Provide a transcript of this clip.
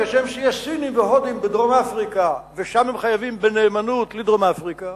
כשם שיש סינים והודים בדרום-אפריקה ושם הם חייבים בנאמנות לדרום-אפריקה,